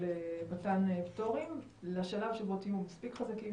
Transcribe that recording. מתן פטורים לשלב שבו תהיו מספיק חזקים,